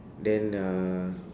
then uh